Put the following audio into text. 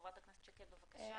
חברת הכנסת שקד, בבקשה.